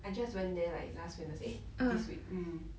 I just went there like last wednes~ eh this week mm